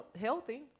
healthy